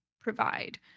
provide